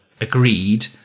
agreed